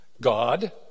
God